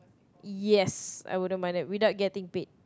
yes I wouldn't mind that without getting paid